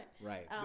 Right